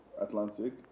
atlantic